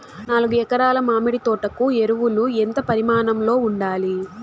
నాలుగు ఎకరా ల మామిడి తోట కు ఎరువులు ఎంత పరిమాణం లో ఉండాలి?